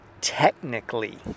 technically